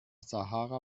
sahara